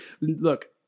look